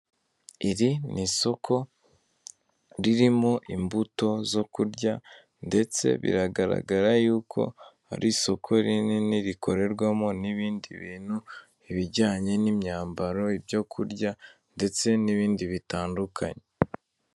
Iri ni isoko ririmo imbuto zo kurya ndetse biragaragara yuko hari isoko rinini rikorerwamo n'ibindi bintu, ibijyanye n'imyambaro, ibyo kurya ndetse n'ibindi bitandukanye.